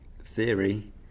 theory